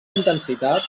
intensitat